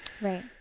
Right